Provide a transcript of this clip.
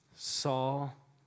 Saul